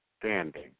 standing